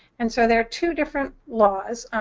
and so there are two different laws.